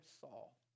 Saul